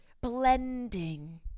Blending